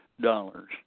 dollars